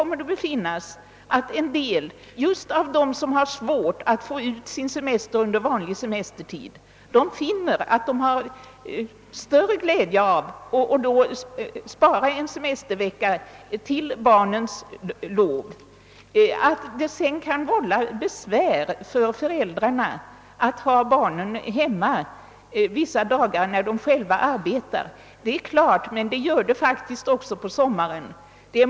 Många som har svårt att ta ut sin semester under vanlig semestertid skulle säkert finna att de har större glädje av att spara en vecka till barnens höstlov. Att det sedan kan vålla besvär för föräldrarna att ha barnen hemma visse dagar när de själva arbetar är självklart. Men detta gäller även under sommaren.